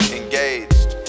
engaged